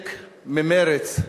וחלק ממרצ,